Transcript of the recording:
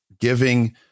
giving